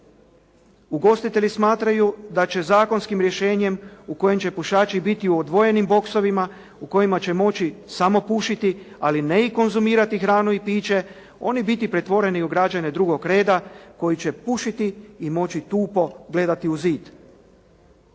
Ugostitelji smatraju da će zakonskim rješenjem u kojem će pušači biti u odvojenim boksovima u kojima će moći samo pušiti ali ne i konzumirati hranu i piće, oni biti pretvoreni u građane drugog reda koji će pušiti i moći tupo gledati u zid.